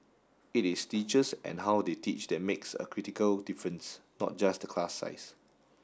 it is teachers and how they teach that makes a critical difference not just the class size